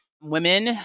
Women